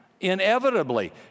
Inevitably